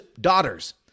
daughters